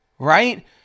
right